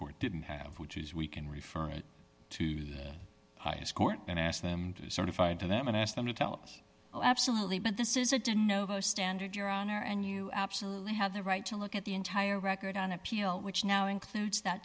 court didn't have which is we can refer it to the highest court and ask them to certify to them and ask them to tell us oh absolutely but this is a didn't know the standard your honor and you absolutely have the right to look at the entire record on appeal which now includes that